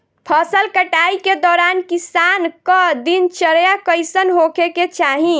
फसल कटाई के दौरान किसान क दिनचर्या कईसन होखे के चाही?